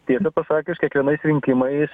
tiesą pasakius kiekvienais rinkimais